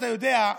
אתה יודע,